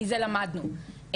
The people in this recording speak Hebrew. מזה למדנו.